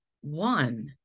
one